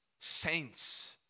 saints